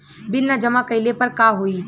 Bill न जमा कइले पर का होई?